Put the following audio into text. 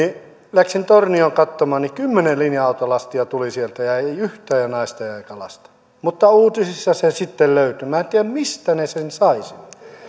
läksin tornioon katsomaan niin kymmenen linja autolastia tuli sieltä ja ei yhtään naista eikä lasta mutta uutisissa ne sitten löytyivät minä en tiedä mistä ne sen